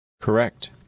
correct